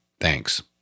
Thanks